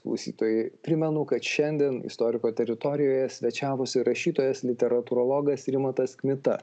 klausytojai primenu kad šiandien istoriko teritorijoje svečiavosi rašytojas literatūrologas rimantas kmita